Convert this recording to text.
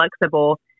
flexible